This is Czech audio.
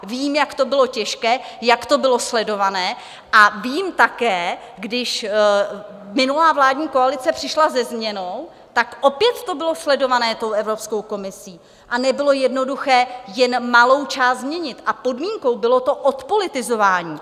Vím, jak to bylo těžké, jak to bylo sledované a vím také, když minulá vládní koalice přišla se změnou, tak to opět bylo sledované Evropskou komisí, nebylo jednoduché jen malou část změnit a podmínkou bylo odpolitizování.